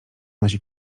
nosi